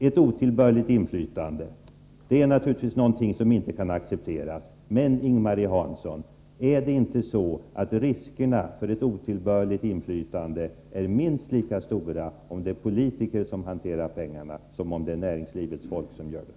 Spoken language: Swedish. Ett otillbörligt inflytande är naturligtvis någonting som inte kan accepte ras. Men, Ing-Marie Hansson, är inte riskerna för ett otillbörligt inflytande minst lika stora om politiker hanterar pengarna som om näringslivets folk gör det?